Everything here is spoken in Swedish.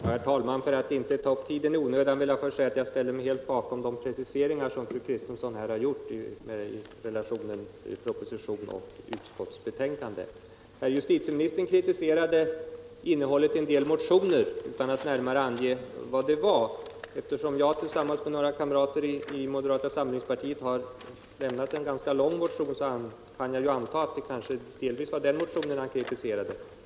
Herr talman! För att inte ta upp tiden i onödan vill jag först säga att jag ställer mig helt bakom de preciseringar som fru Kristensson nu har gjort när det gäller relationen mellan propositionen och utskottsbetänkandet. Justitieministern kritiserade innehållet i en del motioner utan att närmare utveckla kritiken. Eftersom jag tillsammans med några kamrater inom moderata samlingspartiet har väckt en ganska lång motion kan jag anta att det delvis var den motionen han kritiserade.